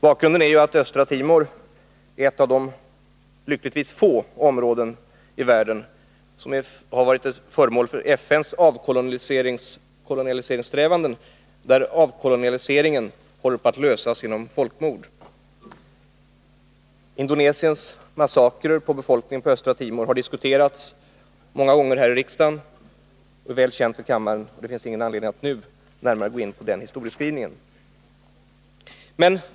Bakgrunden är att Östra Timor är ett av de lyckligtvis få områden som har varit föremål för FN:s avkolonialiseringssträvanden där avkolonialiseringsfrågan håller på att lösas genom folkmord. Indonesiens massakrer på befolkningen på Östra Timor har diskuterats många gånger här i riksdagen och är väl kända för kammaren. Det finns alltså ingen anledning att nu gå närmare in på den historieskrivningen.